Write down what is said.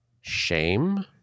shame